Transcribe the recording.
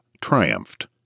triumphed